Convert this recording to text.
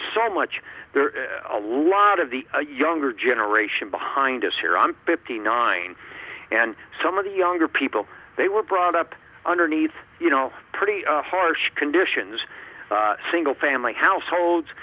so much there is a lot of the younger generation behind us here i'm fifty nine and some of the younger people they were brought up underneath you know pretty harsh conditions single family households